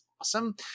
awesome